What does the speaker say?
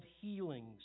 healings